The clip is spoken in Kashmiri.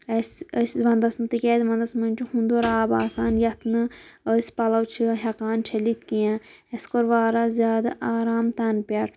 اَسہِ أسۍ ونٛدس منٛز تِکیٛازِ ونٛدس منٛز چھُ ہُنٛدُر آب آسان یَتھ نہٕ أسۍ پَلو چھِ ہٮ۪کان چھٔلِتھ کیٚنٛہہ اَسہِ کوٚر وارِیاہ زہادٕ آرام تَنہٕ پٮ۪ٹھ